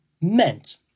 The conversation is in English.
meant